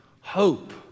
hope